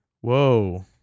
Whoa